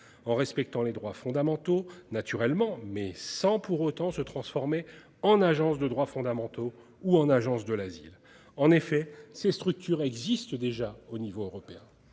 en respectant les droits fondamentaux naturellement mais sans pour autant se transformer en agence de droits fondamentaux ou en agence de l'asile. En effet, ces structures existent déjà au niveau européen